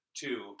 two